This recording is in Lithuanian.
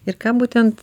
ir ką būtent